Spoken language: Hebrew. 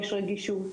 יש רגישות.